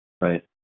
Right